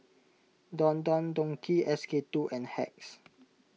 Don Don Donki S K two and Hacks